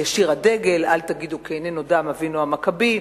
"שיר הדגל" "אל תגידו כי איננו/ דם אבינו המכבי",